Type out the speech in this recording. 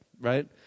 right